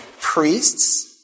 Priests